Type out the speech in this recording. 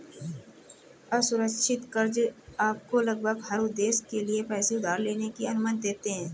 असुरक्षित कर्ज़ आपको लगभग हर उद्देश्य के लिए पैसे उधार लेने की अनुमति देते हैं